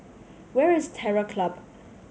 where is Terror Club